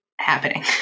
happening